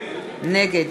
נגד